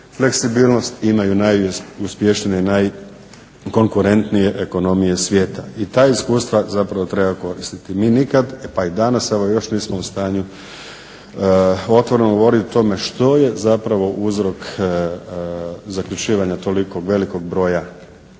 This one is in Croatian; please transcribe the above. fleksibilnost i imaju najuspješnije i najkonkurentnije ekonomije svijeta i ta iskustva zapravo treba koristiti. Mi nikad pa i danas evo još nismo u stanju otvoreno govorit o tome što je zapravo uzrok zaključivanja toliko velikog broja